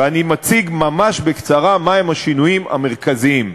ואני מציג, ממש בקצרה, מה הם השינויים המרכזיים.